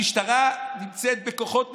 המשטרה נמצאת בכוחות מתוגברים,